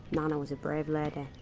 nana was a brave lady.